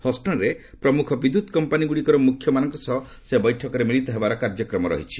ହଷ୍ଟନ୍ରେ ପ୍ରମୁଖ ବିଦ୍ୟୁତ୍ କମ୍ପାନିଗୁଡ଼ିକର ମୁଖ୍ୟମାନଙ୍କ ସହ ସେ ବୈଠକରେ ମିଳିତ ହେବାର କାର୍ଯ୍ୟକ୍ରମ ରହିଛି